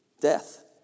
death